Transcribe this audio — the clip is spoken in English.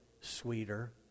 sweeter